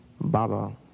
Baba